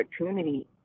opportunity